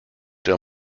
der